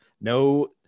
no